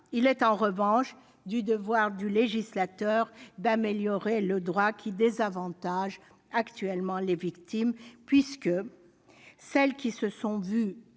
Il est, en revanche, du devoir du législateur d'améliorer le droit, qui désavantage actuellement les victimes, puisque celles auxquelles